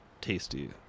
tasty